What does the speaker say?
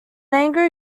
angry